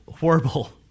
horrible